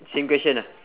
same question ah